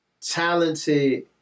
talented